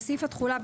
בסעיף התחולה,